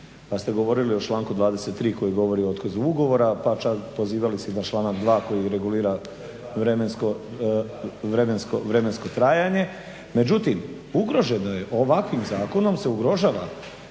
kad ste govorili o članku 23. koji govori o otkazu ugovora pa čak pozivali se i na članak 2. koji regulira vremensko trajanje. Međutim, ugroženo je, ovakvim zakonom se ugrožava